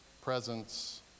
presence